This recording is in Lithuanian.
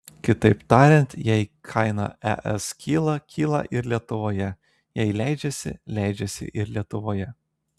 kitaip tariant jei kaina es kyla kyla ir lietuvoje jei leidžiasi leidžiasi ir lietuvoje